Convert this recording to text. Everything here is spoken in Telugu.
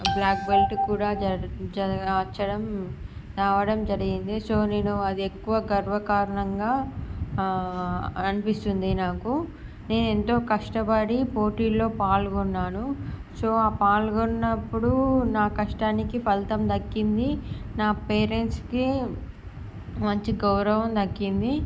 బ్లాక్ బెల్ట్ కూడా జర్ జరగ వచ్చటం రావడం జరిగింది సో నేను అది ఎక్కువ గర్వకారణంగా ఆ అ అనిపిస్తుంది నాకు నేను ఎంత కష్టపడి పోటీల్లో పాల్గొన్నాను సో ఆ పాల్గొన్నప్పుడు నా కష్టానికి ఫలితం దక్కింది నా పేరెంట్స్కి మంచి గౌరవం దక్కింది